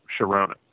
Sharona